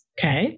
Okay